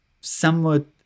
somewhat